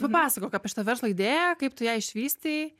papasakok apie šito verslo idėją kaip tu ją išvystei